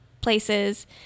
places